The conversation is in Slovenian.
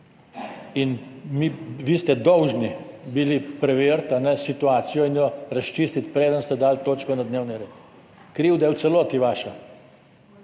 In vi ste dolžni bili preveriti situacijo in jo razčistiti preden ste dali točko na dnevni red. Krivda je v celoti vaša,